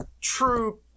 true